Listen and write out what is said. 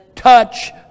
Touch